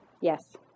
Yes